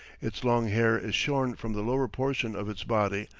its long hair is shorn from the lower portion of its body,